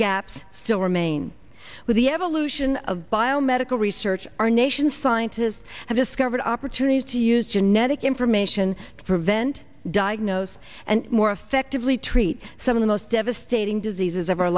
gaps still remain with the evolution of biomedical research our nation's scientists have discovered opportunities to use genetic information to prevent diagnose and more effectively treat some of the most devastating diseases